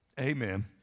Amen